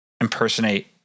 impersonate